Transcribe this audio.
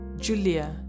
Julia